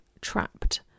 trapped